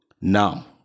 Now